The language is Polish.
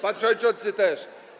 Pan przewodniczący też.